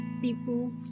people